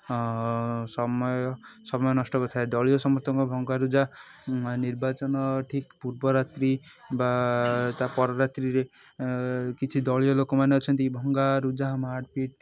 ସମୟ ସମୟ ନଷ୍ଟ କରିଥାଏ ଦଳୀୟ ସମର୍ଥକଙ୍କ ଭଙ୍ଗାରୁଜା ନିର୍ବାଚନ ଠିକ୍ ପୂର୍ବରାତ୍ରି ବା ତା ପରରାତ୍ରିରେ କିଛି ଦଳୀୟ ଲୋକମାନେ ଅଛନ୍ତି ଭଙ୍ଗାରୁଜା ମାଡ଼ ପିଟ